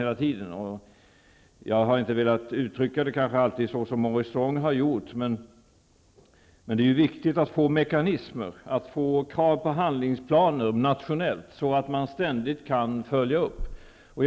Jag har kanske inte alltid velat uttrycka det som Maurice Strong har gjort, men det är viktigt att få mekanismer och krav på handlingsplaner nationellt, så att man ständigt kan följa upp utvecklingen.